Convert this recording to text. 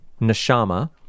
neshama